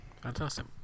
fantastic